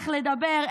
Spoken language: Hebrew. איך לדבר,